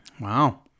Wow